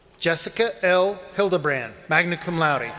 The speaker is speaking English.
jessica l. hildebrand, magna cum laude.